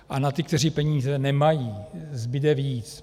A na ty, kteří peníze nemají, zbude víc.